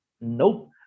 Nope